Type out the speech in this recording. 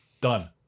done